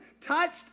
touched